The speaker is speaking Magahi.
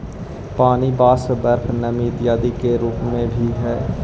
पानी वाष्प, बर्फ नमी इत्यादि के रूप में भी हई